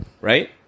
right